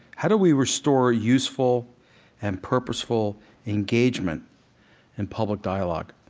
how do we restore useful and purposeful engagement in public dialogue?